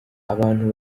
abantu